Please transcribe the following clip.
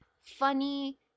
funny